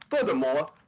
Furthermore